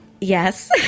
Yes